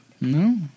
No